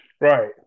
right